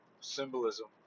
symbolism